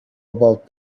about